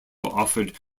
offered